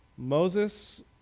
Moses